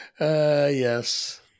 Yes